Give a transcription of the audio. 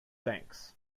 thanks